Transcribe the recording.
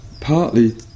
partly